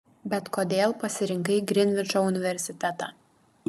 bet kodėl pasirinkai grinvičo universitetą